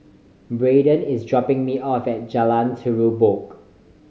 Braeden is dropping me off at Jalan Terubok